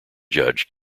judge